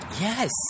Yes